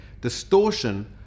Distortion